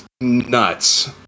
nuts